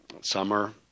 summer